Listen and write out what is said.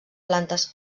plantes